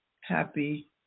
Happy